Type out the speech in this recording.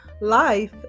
Life